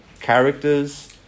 characters